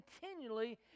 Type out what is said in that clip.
continually